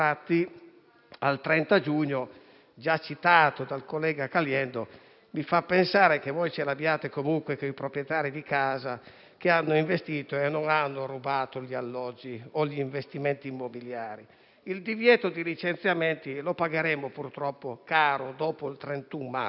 al 30 giugno, già citato dal collega Caliendo, mi fa pensare che ce l'abbiate comunque con i proprietari di casa, che hanno investito e non hanno rubato gli alloggi o gli investimenti immobiliari. Il divieto di licenziamento lo pagheremo caro, purtroppo, dopo il 31 marzo.